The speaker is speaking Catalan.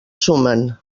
sumen